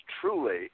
truly